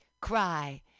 cry